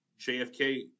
JFK